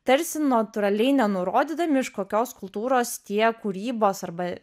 tarsi natūraliai nenurodydami iš kokios kultūros tie kūrybos arba